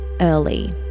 early